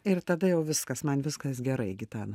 ir tada jau viskas man viskas gerai gitana